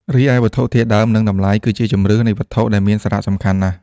រីឯ វត្ថុធាតុដើម និងតម្លៃ គឺជាជម្រើសនៃវត្ថុដែលមានសារៈសំខាន់ណាស់។